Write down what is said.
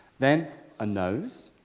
then a nose.